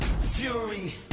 fury